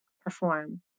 perform